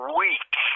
week